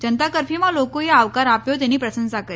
જનતા કરર્ફયુમાં લોકોએ આવકાર આપ્યો તેની પ્રશંસા કરી